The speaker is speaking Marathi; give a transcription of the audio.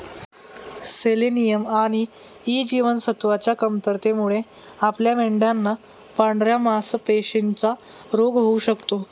सेलेनियम आणि ई जीवनसत्वच्या कमतरतेमुळे आपल्या मेंढयांना पांढऱ्या मासपेशींचा रोग होऊ शकतो